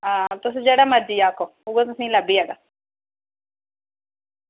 हां तुस जेह्ड़ा मरज़ी आक्खो उ'ऐ तुसेंगी लब्भी जाह्गा